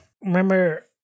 Remember